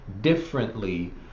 differently